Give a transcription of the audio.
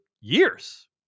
years